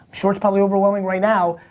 sure it's probably overwhelming right now,